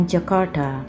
Jakarta